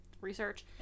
research